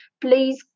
please